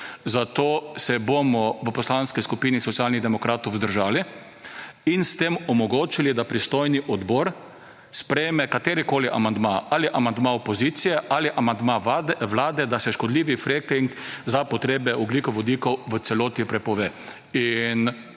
Zato se bomo v Poslanski skupini Socialnih demokratov vzdržali in s tem omogočili, da pristojni odbor sprejme katerikoli amandma, ali amandma opozicije ali amandma vlade, se škodljivi fracking za potrebe ogljikovodikov v celoti prepove.